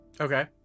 Okay